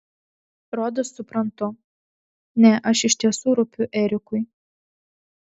rodos suprantu ne aš iš tiesų rūpiu erikui